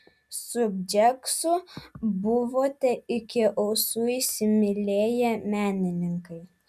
su bžesku buvote iki ausų įsimylėję menininkai